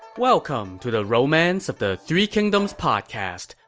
welcome to the romance of the three kingdoms podcast.